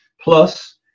plus